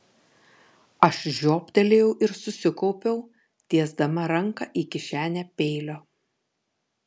aš žioptelėjau ir susikaupiau tiesdama ranką į kišenę peilio